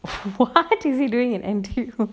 what is he doing in N_T_U